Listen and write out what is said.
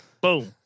Boom